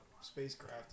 spacecraft